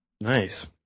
Nice